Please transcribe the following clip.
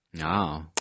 Wow